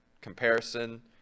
comparison